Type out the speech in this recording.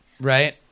right